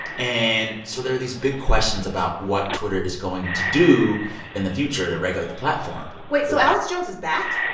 and so there are these big questions about what twitter is going to do in the future to regulate the platform wait. so alex jones is back?